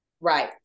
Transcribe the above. Right